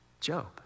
Job